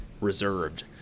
reserved